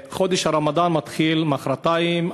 חודש הרמדאן מתחיל מחרתיים,